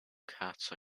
cats